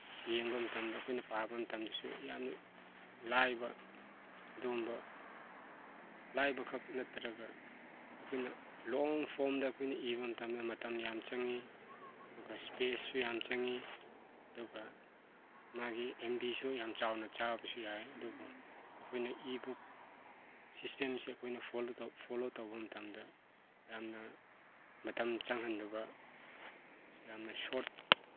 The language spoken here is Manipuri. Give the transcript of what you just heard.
ꯌꯦꯡꯕ ꯃꯇꯝꯗ ꯑꯩꯈꯣꯏꯅ ꯄꯥꯕ ꯃꯇꯝꯗꯁꯨ ꯌꯥꯝꯅ ꯂꯥꯏꯕ ꯑꯗꯨꯒꯨꯝꯕ ꯂꯥꯏꯕꯈꯛ ꯅꯠꯇ꯭ꯔꯒ ꯑꯩꯈꯣꯏꯅ ꯂꯣꯡ ꯐꯣꯝꯗ ꯑꯩꯈꯣꯏꯅ ꯏꯕ ꯃꯇꯝꯗ ꯃꯇꯝ ꯌꯥꯝ ꯆꯪꯏ ꯑꯗꯨꯒ ꯏꯁꯄꯦꯁꯁꯨ ꯌꯥꯝ ꯆꯪꯏ ꯑꯗꯨꯒ ꯃꯥꯒꯤ ꯑꯦꯝ ꯕꯤꯁꯨ ꯌꯥꯝ ꯆꯥꯎꯅ ꯆꯥꯕꯁꯨ ꯌꯥꯏ ꯑꯗꯨꯨꯕꯨ ꯑꯩꯈꯣꯏꯅ ꯏ ꯕꯨꯛ ꯁꯤꯁꯇꯦꯝꯁꯤ ꯑꯩꯈꯣꯏꯅ ꯐꯣꯂꯣ ꯐꯣꯂꯣ ꯇꯧꯕ ꯃꯇꯝꯗ ꯌꯥꯝꯅ ꯃꯇꯝ ꯆꯪꯍꯟꯗꯕ ꯌꯥꯝꯅ ꯁꯣꯔꯠ